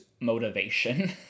motivation